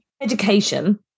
Education